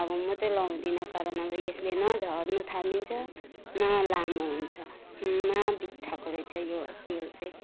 अब म चाहिँ लगाउँदिन कारण अब यसले न झर्नु थामिन्छ न लामो हुन्छ महा बित्थाको रहेछ यो तेल चाहिँ